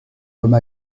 comme